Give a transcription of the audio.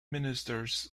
ministers